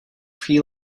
pre